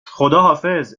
خداحافظ